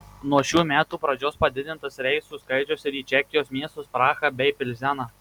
nuo šių metų pradžios padidintas reisų skaičius ir į čekijos miestus prahą bei pilzeną